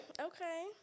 Okay